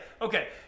Okay